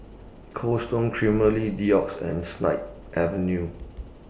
Cold Stone Creamery Doux and Snip Avenue